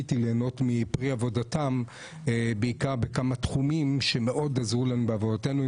זכיתי ליהנות מפרי עבודתם בעיקר בכמה תחומים שמאוד עזרו לנו בעבודתנו,